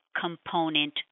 component